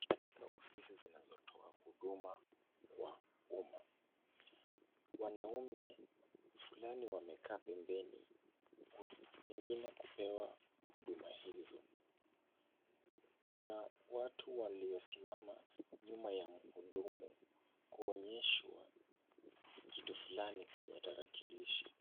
Katika ofisi zinazotoa huduma kwa umma, wanaume fulani wamekaa pembeni pengine kupewa huduma hizo. Kuna watu waliosimama nyuma ya mhudumu kuonyeshwa kitu fulani kwenye tarakilishi.